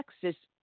Texas